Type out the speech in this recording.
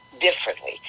differently